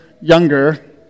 younger